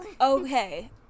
Okay